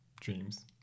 dreams